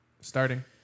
Starting